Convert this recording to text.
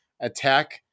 attack